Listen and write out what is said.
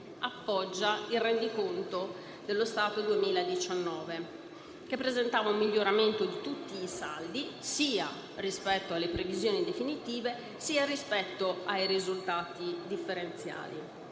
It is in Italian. appoggia il rendiconto dello Stato 2019, che presentava un miglioramento di tutti i saldi sia rispetto alle previsioni definitive sia rispetto ai risultati differenziali: